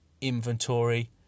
inventory